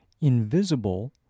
invisible